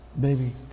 Baby